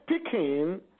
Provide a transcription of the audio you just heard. speaking